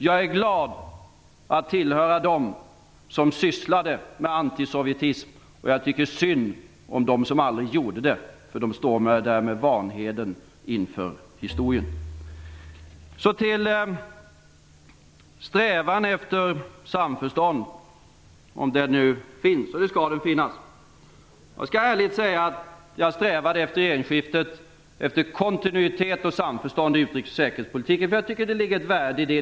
Jag är glad att tillhöra dem som sysslade med antisovjetism, och jag tycker synd om dem som aldrig gjorde det, för de står där med vanhedern inför historien. Så till strävan efter samförstånd, om den nu finns, och den skall väl finnas. Jag skall ärligt säga att jag efter regeringsskiftet strävade efter kontinuitet och samförstånd i utrikes och säkerhetspolitiken, för jag tycker att det ligger ett värde i det.